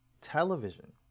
television